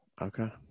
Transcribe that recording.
Okay